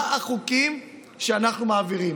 מהם החוקים שאנחנו מעבירים?